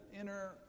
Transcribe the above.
inner